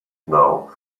now